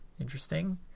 Interesting